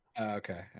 Okay